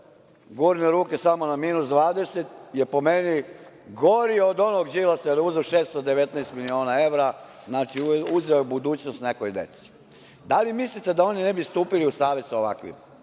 gurne ruke samo na minus 20 je, po meni, gori od onog Đilasa, jer je uzeo 619 miliona evra, znači, uzeo je budućnost nekoj deci. Da li mislite da oni ne bi stupili u savez sa ovakvima? Ja